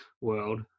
world